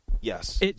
Yes